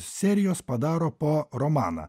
serijos padaro po romaną